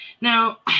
now